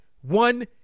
one